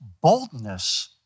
boldness